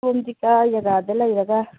ꯁꯣꯝꯗꯤ ꯀꯗꯥꯏ ꯖꯒꯥꯗ ꯂꯩꯔꯒ